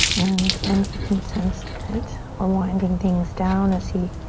and benji can sense that we're winding things down as he